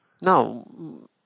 No